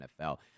NFL